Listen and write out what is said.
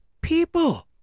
People